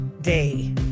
day